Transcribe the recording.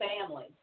family